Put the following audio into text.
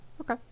Okay